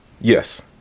Yes